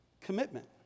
commitment